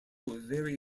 very